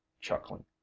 chuckling